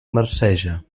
marceja